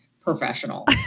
professional